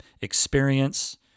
experience